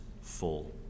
full